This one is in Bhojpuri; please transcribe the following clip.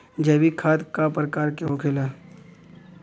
जैविक खाद का प्रकार के होखे ला?